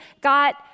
got